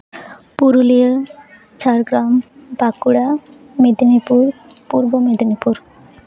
Purulia Jhargram Bankura Medinipur Purba Medinipur